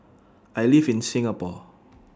I live in Singapore